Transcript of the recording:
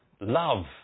Love